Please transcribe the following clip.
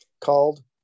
called